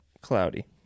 cloudy